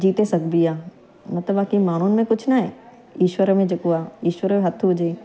जीते सघिबी आहे मतिलबु की माण्हुनि में कुझु न आहे ईश्वर में जेको आहे ईश्वर जो हथु हुजे